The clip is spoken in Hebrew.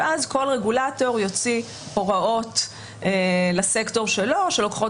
ואז כל רגולטור יוציא הוראות לסקטור שלו שלוקחות